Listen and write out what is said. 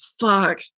fuck